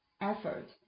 effort